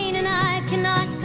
and i cannot